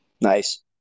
Nice